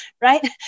Right